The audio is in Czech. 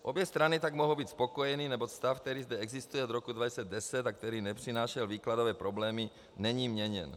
Obě strany tak mohou být spokojeny, neboť stav, který zde existuje od roku 2010, a který nepřinášel výkladové problémy, není měněn.